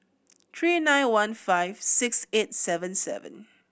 three nine one five six eight seven seven